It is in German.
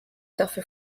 dafür